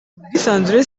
ubwisanzure